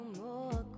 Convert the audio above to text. more